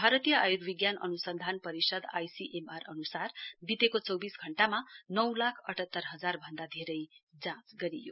भारतीय आयुर्विज्ञान अनुसन्धान परिषद आसीएमआर अनुसार वितेको चौविस घण्टामा नौ लाख अठात्तर हजार भन्दा धेरै जाँच गरियो